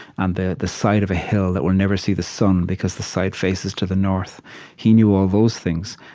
and the the side of a hill that will never see the sun, because the side faces to the north he knew all those things,